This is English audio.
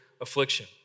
affliction